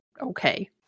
okay